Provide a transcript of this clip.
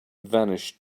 vanished